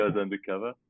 undercover